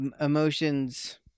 emotions